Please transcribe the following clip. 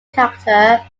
character